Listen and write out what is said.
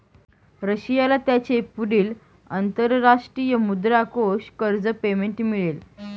रशियाला त्याचे पुढील अंतरराष्ट्रीय मुद्रा कोष कर्ज पेमेंट मिळेल